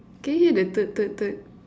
can you hear the toot toot toot